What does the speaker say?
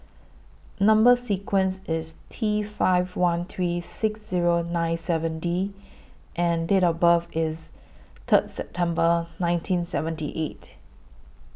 Number sequence IS T five one three six Zero nine seven D and Date of birth IS Third September nineteen seventy eight